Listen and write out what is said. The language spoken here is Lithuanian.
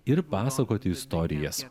ir pasakoti istorijas